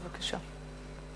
בבקשה.